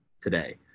today